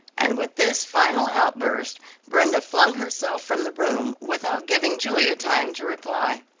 and with this final outburst brenda flung herself from the room without giving julia time to reply.